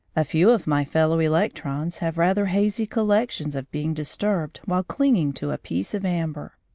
a few of my fellow-electrons have rather hazy recollections of being disturbed while clinging to a piece of amber.